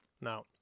now